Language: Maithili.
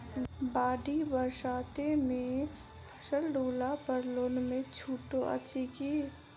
बाढ़ि बरसातमे फसल डुबला पर लोनमे छुटो अछि की